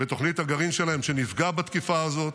בתוכנית הגרעין שלהם שנפגע בתקיפה הזאת.